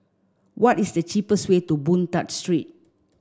what is the cheapest way to Boon Tat Street